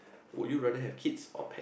would you rather have kids or pet